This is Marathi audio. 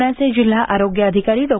पुण्याचे जिल्हा आरोग्य अधिकारी डॉ